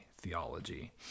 theology